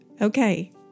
Okay